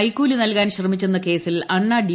കൈക്കൂലി നൽകാൻ ശ്രമിച്ചെന്ന കേസിൽ അണ്ണാ ഡി